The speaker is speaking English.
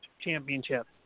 championship